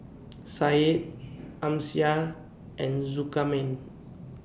Syed Amsyar and Zulkarnain